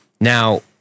Now